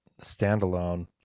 standalone